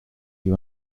you